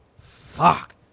Fuck